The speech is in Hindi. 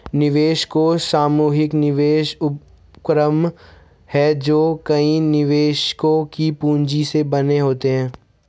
निवेश कोष सामूहिक निवेश उपक्रम हैं जो कई निवेशकों की पूंजी से बने होते हैं